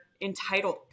entitled